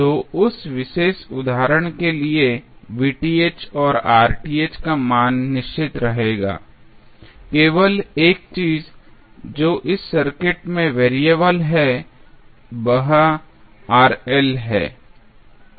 तो उस विशेष उदाहरण के लिए और का मान निश्चित रहेगा केवल एक चीज जो इस सर्किट में वेरिएबल है वह है